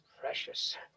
precious